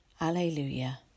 Alleluia